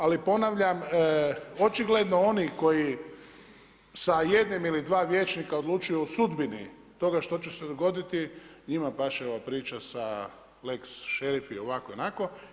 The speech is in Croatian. Ali ponavljam, očigledno oni koji sa jednim ili dva vijećnika odlučuju o sudbini toga što će se dogoditi njima paše ova priča sa lex šerif i ovako i onako.